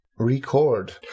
record